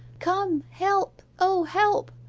come! help! o, help